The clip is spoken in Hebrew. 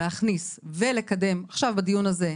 להכניס ולקדם עכשיו בדיון הזה,